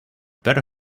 beta